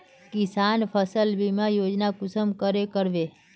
किसान फसल बीमा योजना कुंसम करे करबे?